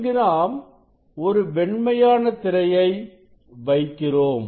இங்கு நாம் ஒரு வெண்மையான திரையை வைக்கிறோம்